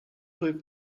with